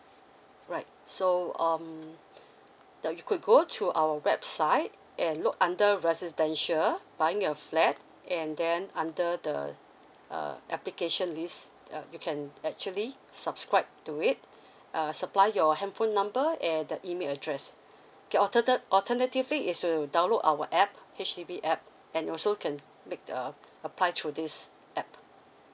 right so um that you could go to our website and look under residential buying a flat and then under the uh application list uh you can actually subscribe to it uh supply your handphone number and the email address okay alternate alternatively is to download our app H_D_B app and also can make uh apply through this app